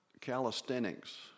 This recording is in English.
calisthenics